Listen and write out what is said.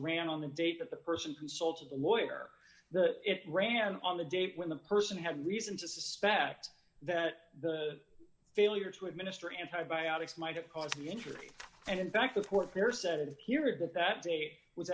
ran on a date that the person consulted the lawyer that it ran on the date when the person had a reason to suspect that the failure to administer antibiotics might have caused the injury and in fact the court there said here that that date was